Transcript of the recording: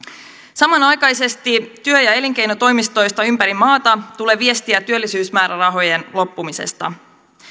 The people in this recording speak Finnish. samanaikaisesti työ ja elinkeinotoimistoista ympäri maata tulee viestiä työllisyysmäärärahojen loppumisesta